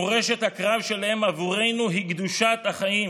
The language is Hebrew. מורשת הקרב שלהם בעבורנו היא קדושת החיים,